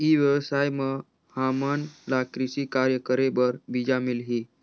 ई व्यवसाय म हामन ला कृषि कार्य करे बर बीजा मिलही?